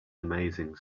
amazing